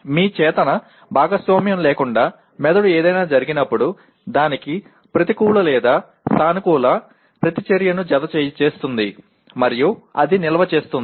మీ చేతన భాగస్వామ్యం లేకుండా మెదడు ఏదైనా జరిగినప్పుడు దానికి ప్రతికూల లేదా సానుకూల ప్రతిచర్యను జత చేస్తుంది మరియు అది నిల్వ చేస్తుంది